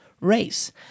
race